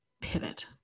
pivot